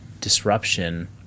disruption